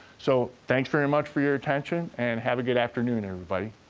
so, thanks very much for your attention, and have a good afternoon, everybody.